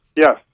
Yes